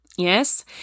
Yes